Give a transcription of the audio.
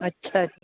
अछा